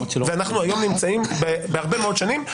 ואנחנו היום נמצאים בהרבה מאוד שנים,